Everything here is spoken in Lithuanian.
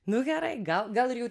nu gerai gal gal ir jų